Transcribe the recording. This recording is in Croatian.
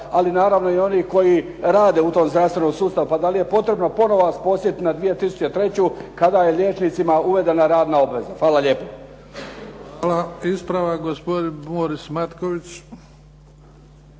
ali naravno i oni koji rade u tome zdravstvenom sustavu. Pa da li je potrebno podsjetiti na 2003. kada je liječnicima uvedena radna obveza? Hvala lijepo. **Bebić, Luka (HDZ)** Hvala. Ispravak gospodin Borislav Matković.